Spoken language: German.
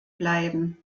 bleiben